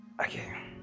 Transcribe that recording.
okay